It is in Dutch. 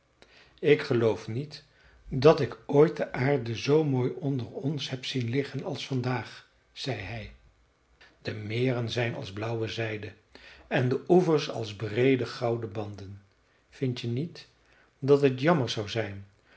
ik geloof niet dat ik ooit de aarde zoo mooi onder ons heb zien liggen als vandaag zei hij de meren zijn als blauwe zijde en de oevers als breede gouden banden vind je niet dat het jammer zou zijn